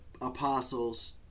apostles